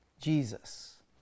Jesus